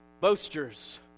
boasters